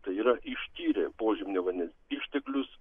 tai yra ištyrė požeminio vandens išteklius